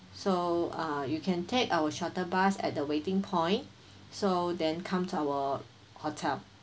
so uh you can take our shuttle bus at the waiting point so then come our hotel